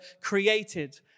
created